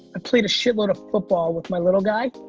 played a shit-load of football with my little guy,